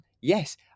Yes